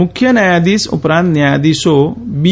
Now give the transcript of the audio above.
મુખ્ય ન્યાયાધીશ ઉપરાંત ન્યાયાધીશો બી